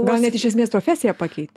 gal net iš esmės profesiją pakeitė